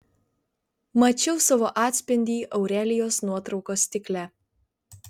mačiau savo atspindį aurelijos nuotraukos stikle